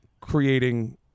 creating